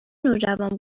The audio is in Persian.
نوجوان